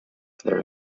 their